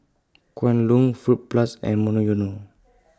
Kwan Loong Fruit Plus and Monoyono